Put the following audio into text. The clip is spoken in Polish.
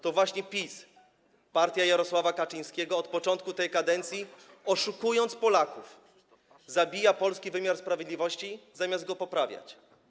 To właśnie PiS, partia Jarosława Kaczyńskiego, od początku tej kadencji, oszukując Polaków, zabija polski wymiar sprawiedliwości, zamiast go poprawiać.